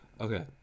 Okay